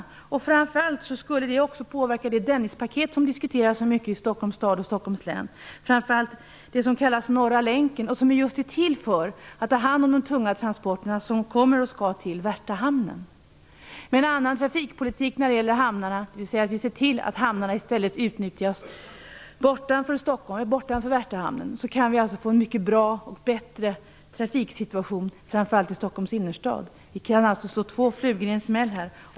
Bl.a. skulle det påverka Dennispaketet, som diskuteras så mycket i Stockholms stad och Stockholms län, framför allt den s.k. Norra länken, som just är till för att ta hand om de tunga transporter som går till och från Värtahamnen. Med en annan trafikpolitik när det gäller hamnarna, genom vilken vi såg till att hamnarna bortom Värtahamnen utnyttjades, skulle vi kunna få en mycket bättre trafiksituation, framför allt i Stockholms innerstad. Vi kan här alltså slå två flugor i en smäll.